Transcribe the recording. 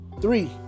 three